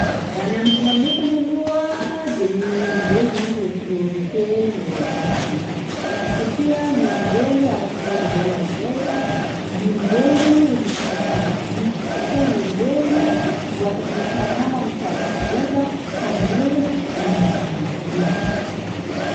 Raha ny amiko manokany aloha de ny olombelo zany roy no priorite mihoatsa ny biby satria gny olombelo araky maha olombelo azy zay, gny olombelo ro hikarakara biby satria ny olombelo ro afaky mikarama, mitady vola hamelo an'igny biby igny.